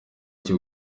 cyo